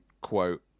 quote